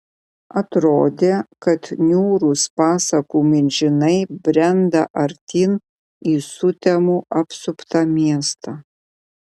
atrodė kad niūrūs pasakų milžinai brenda artyn į sutemų apsuptą miestą